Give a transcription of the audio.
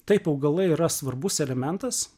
taip augalai yra svarbus elementas